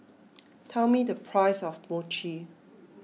tell me the price of Mochi